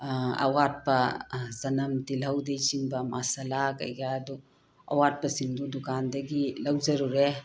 ꯑꯥ ꯑꯋꯥꯠꯄ ꯑꯥ ꯆꯅꯝ ꯇꯤꯜꯍꯧꯗꯩꯆꯤꯡꯕ ꯃꯁꯂꯥ ꯀꯩꯀꯥꯗꯨ ꯑꯋꯥꯠꯄꯁꯤꯡꯗꯨ ꯗꯨꯀꯥꯟꯗꯒꯤ ꯂꯧꯖꯔꯨꯔꯦ